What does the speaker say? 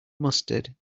mustard